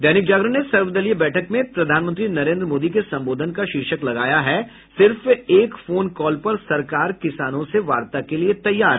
दैनिक जागरण ने सर्वदलीय बैठक में प्रधानमंत्री नरेन्द्र मोदी के संबोधन का शीर्षक लगया है सिर्फ एक फोन कॉल पर सरकार किसानों से वार्ता के लिये तैयार